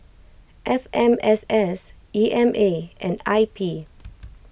F M S S E M A and I P